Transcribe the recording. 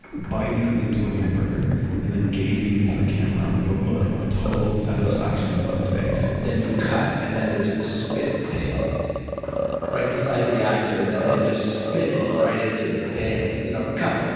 biting into a hamburger and then gazing into the camera with a look of total satisfaction on his face then you cut and then there's this spit pail right beside the actor. and then they just spit it right into the pail. you know cut,